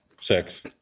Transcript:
Six